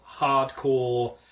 hardcore